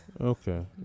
Okay